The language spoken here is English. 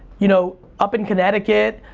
you know up in connecticut,